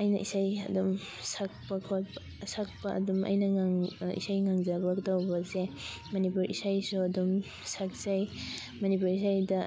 ꯑꯩꯅ ꯏꯁꯩ ꯑꯗꯨꯝ ꯁꯛꯄ ꯈꯣꯠꯄ ꯁꯛꯄ ꯑꯗꯨꯝ ꯑꯩꯅ ꯏꯁꯩ ꯉꯪꯖꯕ ꯇꯧꯕꯁꯦ ꯃꯅꯤꯄꯨꯔ ꯏꯁꯩꯁꯨ ꯑꯗꯨꯝ ꯁꯛꯆꯩ ꯃꯅꯤꯄꯨꯔ ꯏꯁꯩꯗ